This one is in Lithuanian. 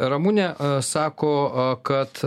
ramunė sako kad